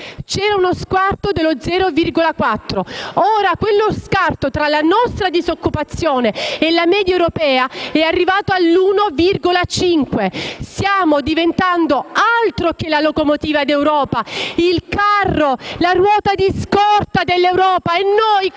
quindi uno scarto dello 0,4 per cento; ora quello scarto tra la nostra disoccupazione e la media europea è arrivato all'1,5 per cento. Stiamo diventando altro che la locomotiva d'Europa: il carro, la ruota di scorta dell'Europa. Noi questo